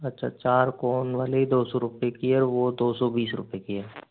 अच्छा चारकोन वाली दो सौ रुपए की है वो दो सौ बीस रुपए की है